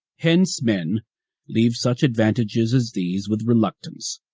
hence men leave such advantages as these with reluctance.